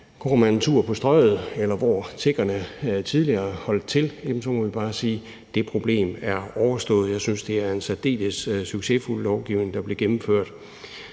Går man en tur på strøget, eller hvor tiggerne tidligere holdt til, må man bare sige, at det problem er overstået. Jeg synes, det er en særdeles succesfuld lovgivning, der er blevet gennemført.